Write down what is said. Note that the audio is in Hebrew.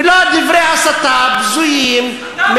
ולא דברי הסתה בזויים,